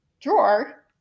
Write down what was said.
drawer